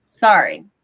Sorry